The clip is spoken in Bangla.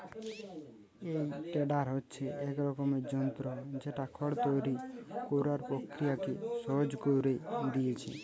এই টেডার হচ্ছে এক ধরনের যন্ত্র যেটা খড় তৈরি কোরার প্রক্রিয়াকে সহজ কোরে দিয়েছে